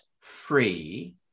free